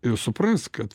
ir supras kad